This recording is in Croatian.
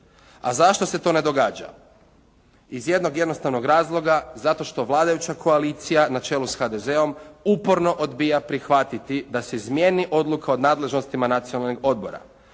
A zašto se to ne događa? Iz jednog jednostavnog razloga, zato što vladajuća koalicija na čelu sa HDZ-om uporno odbija prihvatiti da se izmijeni odluka o nadležnostima Nacionalnog odbora.